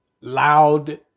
loud